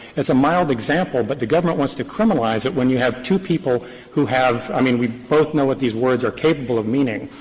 it's a mild example, but the government wants to criminalize it when you have two people who have i mean, we both know what these words are capable of meaning.